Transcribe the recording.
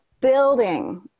building